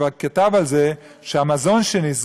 מבקר המדינה כבר כתב על זה שבמזון שנזרק,